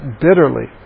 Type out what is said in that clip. bitterly